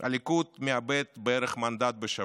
הליכוד מאבד בערך מנדט בשבוע.